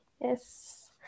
yes